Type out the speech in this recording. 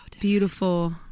beautiful